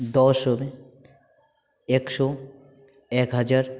দশ হবে একশো এক হাজার